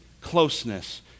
closeness